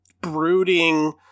brooding